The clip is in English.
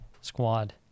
squad